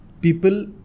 people